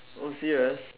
oh serious